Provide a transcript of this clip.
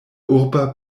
urba